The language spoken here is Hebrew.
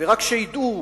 רק שידעו